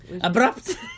Abrupt